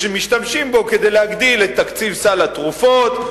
משתמשים בו כדי להגדיל את תקציב סל התרופות,